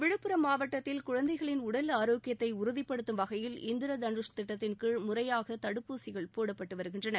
விழுப்புரம் மாவட்டத்தில் குழந்தைகளின் உடல் ஆரோக்கியத்தை உறுதிபடுத்தும் வகையில் இந்திர தனுஷ் திட்டத்தின் கீழ் முறையாக தடுப்பூசிகள் போடப்பட்டு வருகின்றன